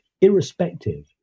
irrespective